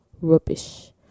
rubbish